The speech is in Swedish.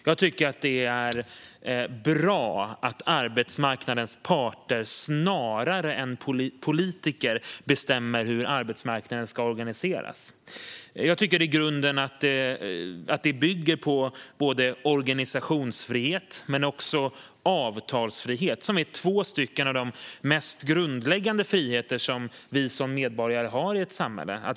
Jag tycker att det är bra att arbetsmarknadens parter snarare än politiker bestämmer hur arbetsmarknaden ska organiseras. Det bygger i grunden på organisationsfrihet och avtalsfrihet, som är två av de mest grundläggande friheter vi som medborgare har i ett samhälle.